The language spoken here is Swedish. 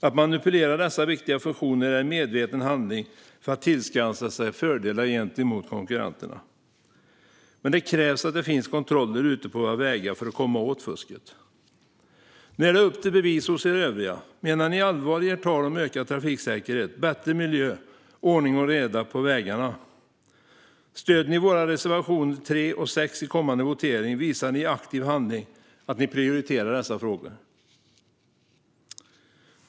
Att manipulera dessa viktiga funktioner är en medveten handling för att tillskansa sig fördelar gentemot konkurrenterna. Men det krävs att det finns kontroller ute på våra vägar för att vi ska komma åt fusket. Nu är det upp till bevis för er övriga! Menar ni allvar med ert tal om ökad trafiksäkerhet, bättre miljö och ordning och reda på vägarna? Stöder ni våra reservationer 3 och 6 vid den kommande voteringen visar ni i aktiv handling att ni prioriterar dessa frågor.